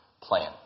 plan